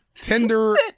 Tender